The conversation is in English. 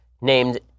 named